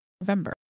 November